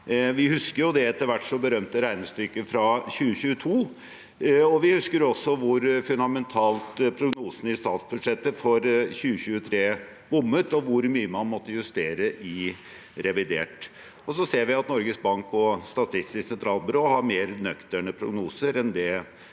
Vi husker det etter hvert så berømte regnestykket fra 2022, og vi husker også hvor fundamentalt prognosen i statsbudsjettet for 2023 bommet, og hvor mye man måtte justere i revidert. Vi ser også at Norges Bank og Statistisk sentralbyrå har mer nøkterne prognoser enn det